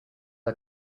are